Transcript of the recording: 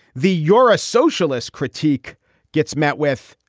the you're a socialist critique gets met with.